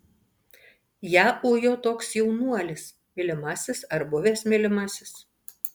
ją ujo toks jaunuolis mylimasis ar buvęs mylimasis